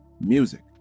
music